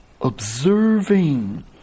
observing